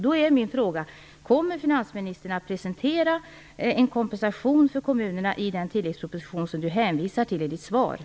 Då är min fråga: Kommer finansministern att presentera ett förslag till kompensation för kommunerna i den tilläggsproposition som han hänvisar till i svaret?